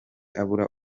abura